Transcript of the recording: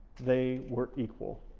they were equal.